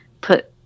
put